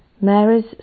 Mary's